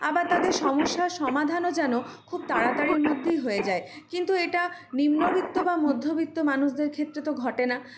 আবার তাদের সমস্যার সমাধানও যেন খুব তাড়াতাড়ির মধ্যে হয়ে যায় কিন্তু এটা নিম্নবিত্ত বা মধ্যবিত্ত মানুষদের ক্ষেত্রে তো ঘটে না